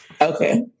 okay